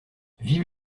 vive